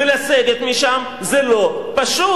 ולסגת משם זה לא פשוט.